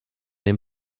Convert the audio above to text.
den